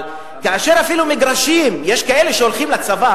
אבל כאשר, אפילו מגרשים, יש כאלה שהולכים לצבא